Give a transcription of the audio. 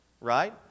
right